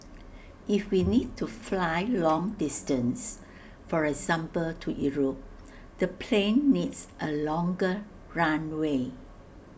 if we need to fly long distance for example to Europe the plane needs A longer runway